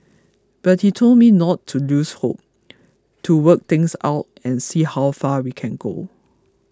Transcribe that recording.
but he told me not to lose hope to work things out and see how far we can go